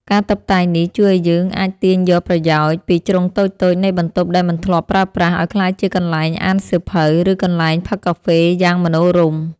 ការតុបតែងនេះជួយឱ្យយើងអាចទាញយកប្រយោជន៍ពីជ្រុងតូចៗនៃបន្ទប់ដែលមិនធ្លាប់ប្រើប្រាស់ ឱ្យក្លាយជាកន្លែងអានសៀវភៅ ឬកន្លែងផឹកកាហ្វេយ៉ាងមនោរម្យ។